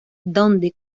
donde